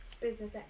business